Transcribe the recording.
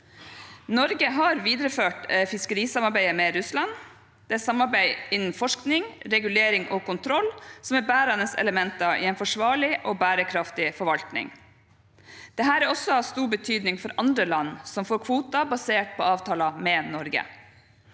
Norge har videreført fiskerisamarbeidet med Russland. Det er samarbeid innen forskning, regulering og kontroll som er bærende elementer i en forsvarlig og bærekraftig forvaltning. Dette er også av stor betydning for andre land som får kvoter basert på avtaler med Norge.